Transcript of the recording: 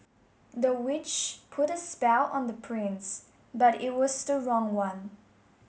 the witch put a spell on the prince but it was the wrong one